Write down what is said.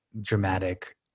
dramatic